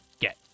get